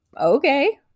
okay